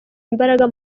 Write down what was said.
imbaraga